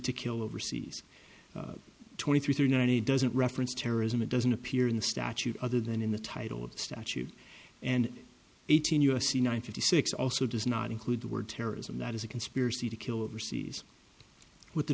to kill overseas twenty three three nine it doesn't reference terrorism it doesn't appear in the statute other than in the title of the statute and eighteen u s c nine fifty six also does not include the word terrorism that is a conspiracy to kill overseas with the